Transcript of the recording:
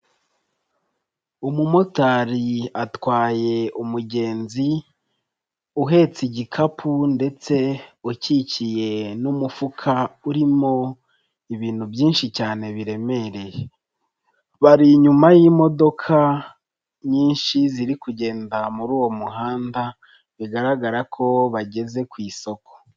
Umumotari atwaye umugenzi uhetse igikapu ndetse ukikiye n'umufuka urimo ibintu byinshi cyane biremereye. Bari inyuma y'imodoka nyinshi ziri kugenda muri uwo muhanda, bigaragara ko bageze ku isoko.